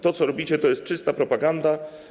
To, co robicie, to jest czysta propaganda.